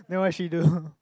then what she do